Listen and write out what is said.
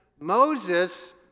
Moses